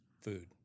Food